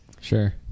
Sure